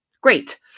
Great